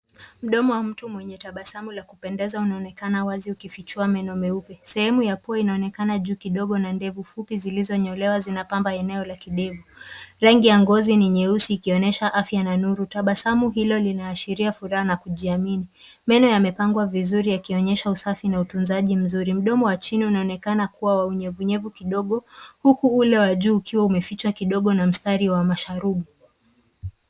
Mdomo wa mtu mwenye tabasamu la kupendeza unaonekana wazi ukifichua meno meupe. Sehemu ya pua inaonekana juu kidogo na ndevu fupi zilizonyolewa zinapamba eneo la kidevu. Rangi ya ngozi ni nyeusi ikionesha afya na nuru. Tabasamu hilo linaashiria furaha na kujiamini. Meno yamepangwa vizuri yakionyesha usafi na utunzaji mzuri. Mdomo wa chini unaonekana kuwa wa unyevunyevu kidogo, huku ule wa juu ukiwa umefichwa kidogo na mstari wa masharubu.